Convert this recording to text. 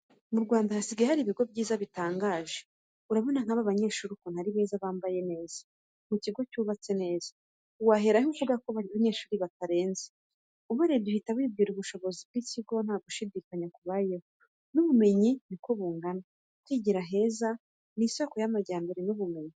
Mu Rwanda hasigaye hari ibigo byiza kabisa, urabona nk'aba banyeshuri ukuntu ari beza bambaye neza, ku kigo cyubatse neza, wahera he uvuga ko aba banyeshuri batarenze? Ubarebye uhita wibwira ubushobozi bw'iki kigo ntagushidikanya kubayeho, n'ubumenyi niko bungana. Kwigira heza, isoko y'amajyambere n'ubumenyi.